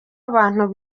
abantu